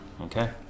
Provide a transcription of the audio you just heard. Okay